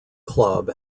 club